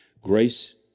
grace